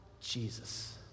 Jesus